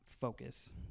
focus